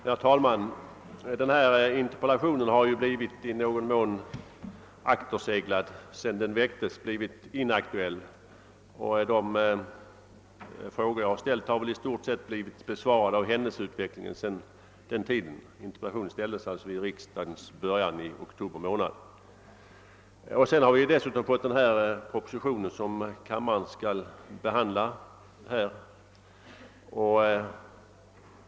Herr talman! Interpellationen har ju i någon mån blivit inaktuell, och de frågor som jag ställt har i stort sett blivit besvarade av händelseutvecklingen sedan jag interpellerade vid riksdagens början i oktober månad. Vi har dessutom fått den proposition som kammaren nu skall behandla.